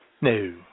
No